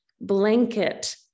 blanket